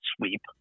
sweep